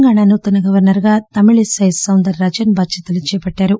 తెలంగాణ నూతన గవర్చర్ గా Tamilisai Soundararajan బాధ్వతలు చేపట్టారు